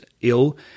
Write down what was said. ill